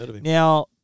Now